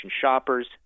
Shoppers